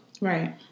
Right